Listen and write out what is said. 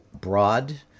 broad